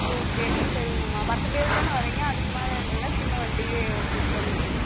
ஓ okay சரிங்கம்மா பத்து பேர் தானே வரீங்க அதுக்குமேலே இல்லயில்ல சின்ன வண்டியே புக் பண்ணிக்கங்க